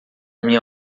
minha